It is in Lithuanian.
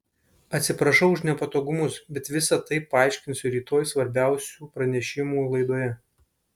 atsiprašau už nepatogumus bet visa tai paaiškinsiu rytoj svarbiausių pranešimų laidoje